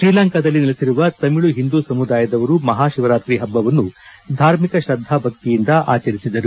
ಶ್ರೀಲಂಕಾದಲ್ಲಿ ನೆಲೆಸಿರುವ ತಮಿಳು ಹಿಂದೂ ಸಮುದಾಯದವರು ಮಹಾಶಿವರಾತ್ರಿ ಹಬ್ಬವನ್ನು ಧಾರ್ಮಿಕ ಶ್ರದ್ದಾ ಭಕ್ತಿಯಿಂದ ಆಚರಿಸಿದರು